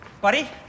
Buddy